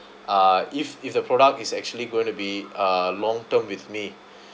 uh if if the product is actually going to be a long-term with me